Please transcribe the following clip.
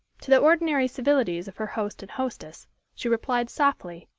to the ordinary civilities of her host and hostess she replied softly,